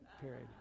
period